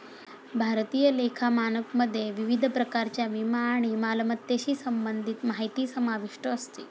भारतीय लेखा मानकमध्ये विविध प्रकारच्या विमा आणि मालमत्तेशी संबंधित माहिती समाविष्ट असते